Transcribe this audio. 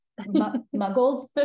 muggles